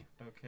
Okay